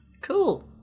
Cool